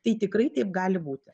tai tikrai taip gali būt